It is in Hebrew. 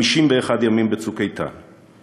51 ימים ב"צוק איתן";